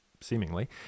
seemingly